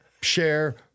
share